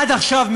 עד עכשיו,